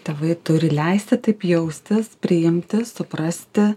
tėvai turi leisti taip jaustis priimti suprasti